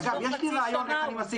אגב, יש לי רעיון איך אני משיג פגישה.